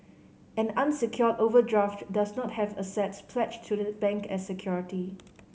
an unsecured overdraft does not have assets pledged to the bank as security